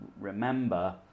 remember